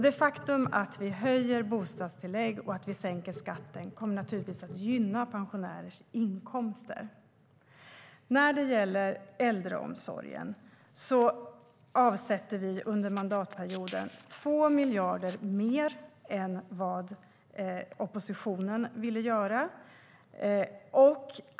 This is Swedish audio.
Det faktum att vi höjer bostadstillägg och sänker skatten kommer naturligtvis att gynna pensionärers inkomster. När det gäller äldreomsorgen avsätter vi under den här mandatperioden 2 miljarder mer än vad oppositionen ville göra.